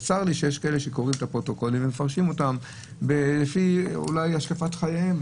וצר לי שיש כאלה שקוראים את הפרוטוקולים ומפרשים אותם לפי השקפת חייהם,